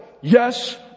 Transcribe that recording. Yes